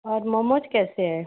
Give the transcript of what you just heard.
और मोमोज कैसे हैं